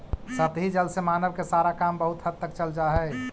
सतही जल से मानव के सारा काम बहुत हद तक चल जा हई